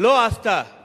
לא עשתה